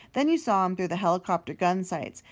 then you saw him through the helicopters gunsights,